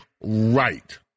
right